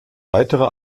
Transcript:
weitere